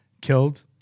killed